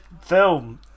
film